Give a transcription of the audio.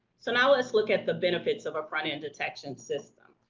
so now let's look at the benefits of a front-end detection system.